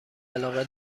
علاقه